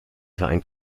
vereint